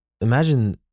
imagine